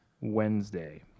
Wednesday